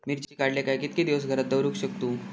मिर्ची काडले काय कीतके दिवस घरात दवरुक शकतू?